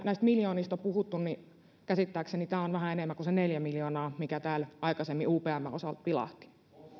näistä miljoonista on puhuttu niin käsittääkseni tämä on vähän enemmän kuin se neljä miljoonaa mikä täällä aikaisemmin upmn osalta vilahti